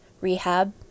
rehab